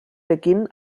beginn